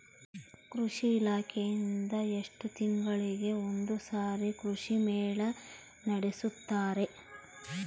ಕೃಷಿ ಇಲಾಖೆಯಿಂದ ಎಷ್ಟು ತಿಂಗಳಿಗೆ ಒಂದುಸಾರಿ ಕೃಷಿ ಮೇಳ ನಡೆಸುತ್ತಾರೆ?